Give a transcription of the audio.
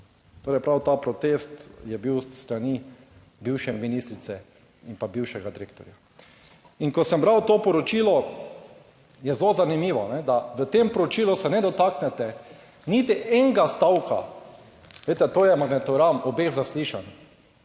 Torej prav ta protest je bil s strani bivše ministrice in pa bivšega direktorja. In ko sem bral to poročilo, je zelo zanimivo, da v tem poročilu se ne dotaknete niti enega stavka, glejte, to je magnetogram obeh zaslišanj,